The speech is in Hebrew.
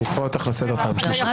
אני קורא אותך לסדר פעם שלישית.